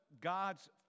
God's